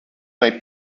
might